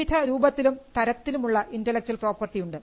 വിവിധ രൂപത്തിലും തരത്തിലും ഉള്ള intellectual property ഉണ്ട്